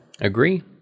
Agree